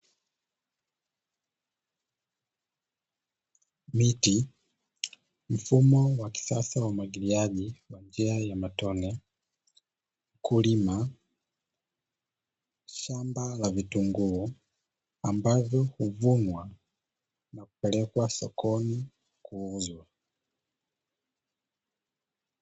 Miti mfumo wa kisasa wa umwagiliaji kwa njia ya matone; mkulima shamba la vitunguu ambavyo huvunwa na kupelekwa sokoni kuuzwa.